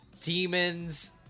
demons